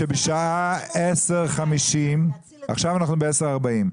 שבשעה 10:50, עכשיו אנחנו ב-10:40,